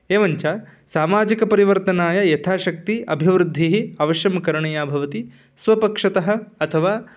एवं च सामाजिकपरिवर्तनाय यथाशक्तिः अभिवृद्धिः अवश्यं करणीया भवति स्वपक्षतः अथवा